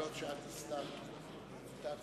תודה רבה.